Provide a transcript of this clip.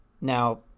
Now